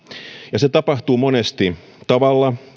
ja se tapahtuu monesti tavalla